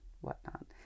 Whatnot